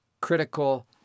critical